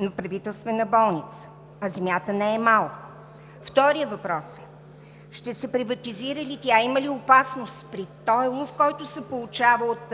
на Правителствена болница? А земята не е малко! Вторият въпрос е: ще се приватизира ли тя? Има ли опасност при този луфт, който се получава от